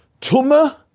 Tuma